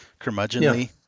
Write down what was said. curmudgeonly